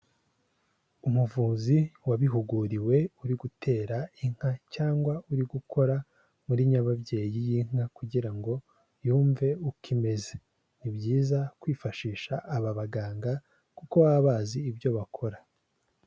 Umuvuzi wabihuguriwe, uri gutera inka cyangwa uri gukora muri nyababyeyi y'inka kugira ngo yumve uko imeze; ni byiza kwifashisha aba baganga kuko baba bazi ibyo bakora.